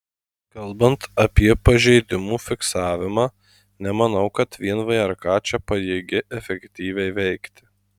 kalbant apie pažeidimų fiksavimą nemanau kad vien vrk čia pajėgi efektyviai veikti